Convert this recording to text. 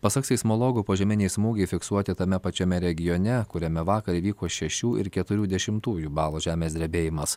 pasak seismologų požeminiai smūgiai fiksuoti tame pačiame regione kuriame vakar įvyko šešių ir keturių dešimtųjų balo žemės drebėjimas